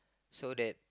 so that